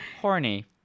horny